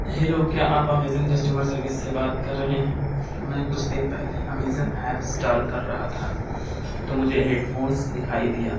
hello کیا آپ Amazon customer service سے بات کر رہے ہیں میں کچھ دن پہلے امیزن ایپ انسٹال کر رہا تھا تو مجھے ہیڈ فونس دکھائی دیا